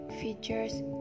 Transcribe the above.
features